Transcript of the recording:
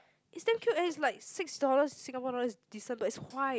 is damn cute leh it's like six dollar Singapore dollars it's decent but it's quite